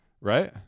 right